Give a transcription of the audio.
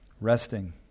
Resting